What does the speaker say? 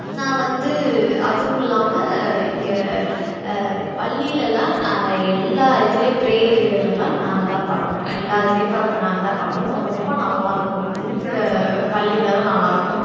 நான் வந்து அதுவும் இல்லாமல் இங்கே பள்ளிலெலாம் எல்லா இதிலே பிரேயர் இதிலலாம் நாங்கள் தான் பாடுவோம் எல்லா இதிலையுப்ப இப்போ நாங்கள் தான் பாடுவோம் ரொம்ப நல்லா இருக்கும் பள்ளியிலலாம் நல்லா இருக்கும்